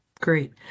great